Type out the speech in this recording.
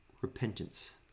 repentance